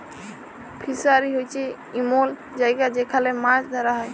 fishery হছে এমল জায়গা যেখালে মাছ ধ্যরা হ্যয়